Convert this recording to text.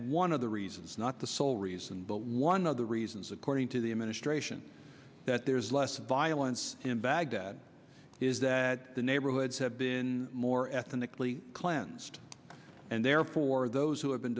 one of the reasons not the sole reason but one of the reasons according to the administration that there is less violence in baghdad is that the neighborhoods have been more ethnically cleansed and therefore those who have been